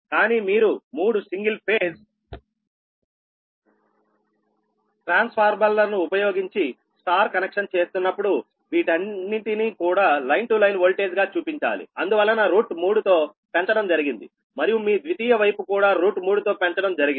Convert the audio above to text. కానీ మీరు 3 single phase ట్రాన్స్ఫార్మర్లను ఉపయోగించి Y కనెక్షన్ చేస్తున్నప్పుడు వీటన్నింటిని కూడా లైన్ టు లైన్ వోల్టేజ్ గా చూపించాలి అందువలన 3 తో పెంచడం జరిగింది మరియు మీ ద్వితీయ వైపు కూడా 3 తో పెంచడం జరిగింది